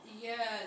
Yes